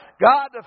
God